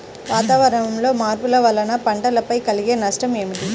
వాతావరణంలో మార్పుల వలన పంటలపై కలిగే నష్టం ఏమిటీ?